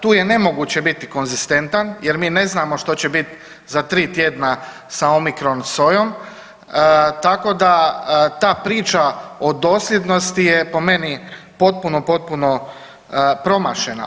Tu je nemoguće biti konzistentan jer mi ne znamo što će biti za 3 tjedna sa Omikron sojom, tako da ta priča o dosljednosti je po meni potpuno, potpuno promašena.